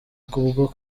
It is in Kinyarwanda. kubwo